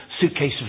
suitcases